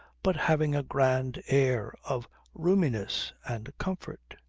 but having a grand air of roominess and comfort.